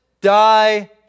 die